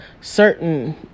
certain